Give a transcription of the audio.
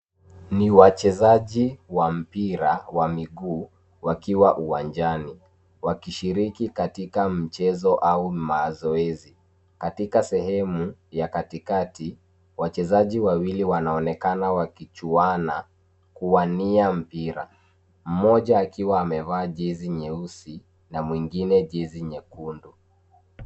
Ni wachezaji wa mpira wa miguu, wakiwa uwanjani, wakishiriki katika mchezo au mazoezi. Katika sehemu ya katikati, wachezaji wawili wanaonekana wakichuana kwa kuania mpira, mmoja akiwa amevaa jezi nyeusi na mwingine jezi nyekundu."